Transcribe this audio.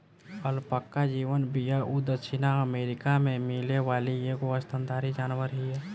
alpaca जवन बिया उ दक्षिणी अमेरिका में मिले वाली एगो स्तनधारी जानवर हिय